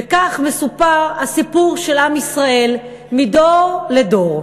וכך מסופר הסיפור של עם ישראל מדור לדור.